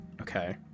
Okay